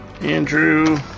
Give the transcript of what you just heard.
Andrew